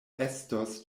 estos